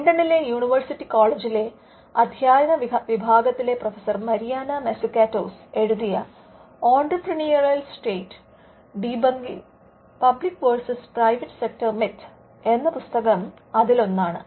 ലണ്ടനിലെ യൂണിവേഴ്സിറ്റി കോളേജിലെ University College London അദ്ധ്യയനവിഭാഗത്തിലെ പ്രൊഫസർ മരിയാന മസുകാറ്റോസ് എഴുതിയ entrepreneurial state debunking public versus private sector myth Entrepreneurial State Debunking Public versus Private Sector Myth എന്ന പുസ്തകം അതിലൊന്നാണ്